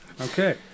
okay